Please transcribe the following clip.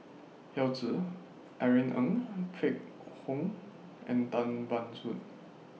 Yao Zi Irene Ng Phek Hoong and Tan Ban Soon